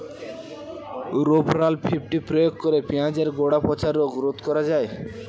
Rovral fifty প্রয়োগ করে পেঁয়াজের গোড়া পচা রোগ রোধ করা যায়?